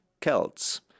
Celts